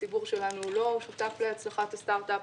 הציבור שלנו לא שותף להצלחת הסטרטאפ.